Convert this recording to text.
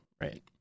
right